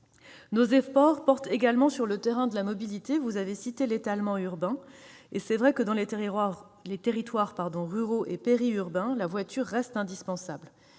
Nos efforts portent également sur le terrain de la mobilité. Vous avez cité l'étalement urbain, monsieur le sénateur, et il est vrai que, dans les territoires ruraux et périurbains, la voiture reste indispensable.